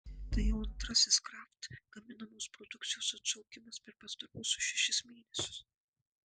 tai jau antrasis kraft gaminamos produkcijos atšaukimas per pastaruosius šešis mėnesius